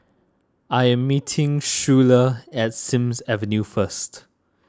I am meeting Schuyler at Sims Avenue first